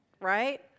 right